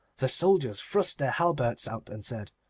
the soldiers thrust their halberts out and said,